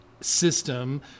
system